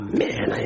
man